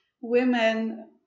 Women